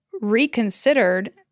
reconsidered